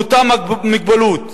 באותה מוגבלות,